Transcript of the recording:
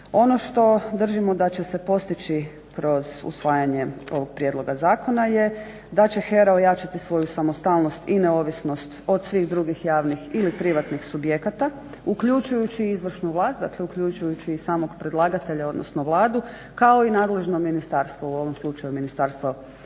Ono što držimo da će se postići kroz usvajanje ovog prijedloga zakona je da će HERA ojačati svoju samostalnost i neovisnost od svih drugih javnih ili privatnih subjekata uključujući i izvršnu vlast, dakle uključujući i samog predlagatelja odnosno Vladu kao i nadležno ministarstvo, u ovom slučaju Ministarstvo gospodarstva.